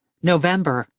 november